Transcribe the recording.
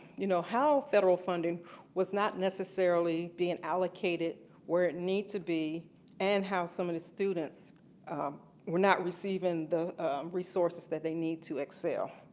you know how federal funding was not necessarily being allocated where it needed to be and how some of the students were not receiving the resources that they need to excel.